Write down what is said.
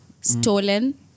stolen